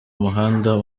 umuhanda